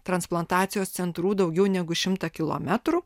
transplantacijos centrų daugiau negu šimtą kilometrų